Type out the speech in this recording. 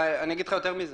אני אגיד לך יותר מזה.